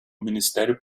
ministério